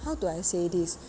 how do I say this